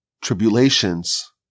tribulations